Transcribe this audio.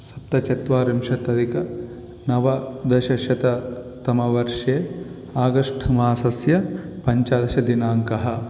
सप्तचत्वारिंशत्यधिक नवदशशततमवर्षे आगस्ट् मासस्य पञ्चदशदिनाङ्कः